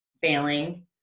failing